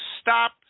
Stop